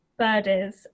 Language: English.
birders